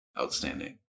Outstanding